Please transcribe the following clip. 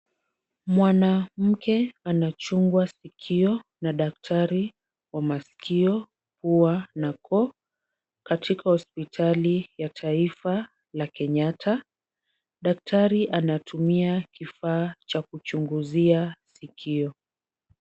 Mwanamke anachungwa sikio na daktari wa masikio, pua na koo, katika hospitali ya taifa la Kenyatta. Daktari anatumia kifaa cha kuchunguzia sikio.